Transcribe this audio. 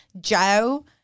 joe